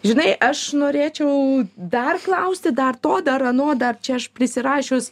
žinai aš norėčiau dar klausti dar to dar ano dar čia aš prisirašius